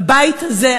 הבית הזה,